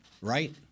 right